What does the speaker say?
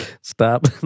Stop